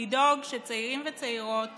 לדאוג שצעירים וצעירות